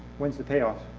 when is the payoff?